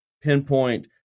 pinpoint